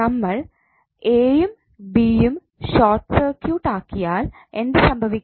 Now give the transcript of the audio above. നമ്മൾ എയും ബിയും ഷോർട്ട് സർക്യൂട്ട് ആക്കിയാൽ എന്ത് സംഭവിക്കും